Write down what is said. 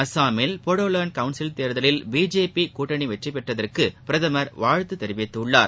அசாமில் போடோலேண்ட் கவுன்சில் தேர்தலில் பிஜேபி கட்டணி வெற்றி பெற்றதற்கு பிரதமர் வாழ்த்து தெரிவித்துள்ளார்